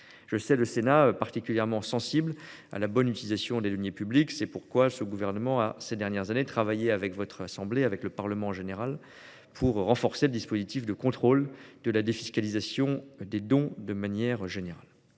Je sais le Sénat particulièrement sensible à la bonne utilisation des deniers publics. C'est pourquoi le Gouvernement, ces dernières années, a travaillé avec votre assemblée, et le Parlement en général, au renforcement du dispositif de contrôle de la défiscalisation des dons. Cette